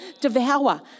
devour